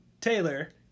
Taylor